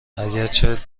اگرچه